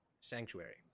Sanctuary